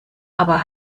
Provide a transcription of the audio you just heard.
aber